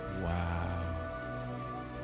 wow